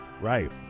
Right